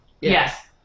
Yes